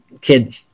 kid